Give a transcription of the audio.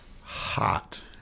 hot